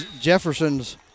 Jefferson's